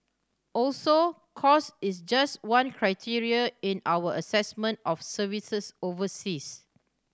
also cost is just one criteria in our assessment of services overseas